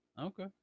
Okay